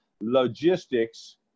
logistics